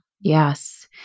Yes